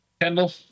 Kendall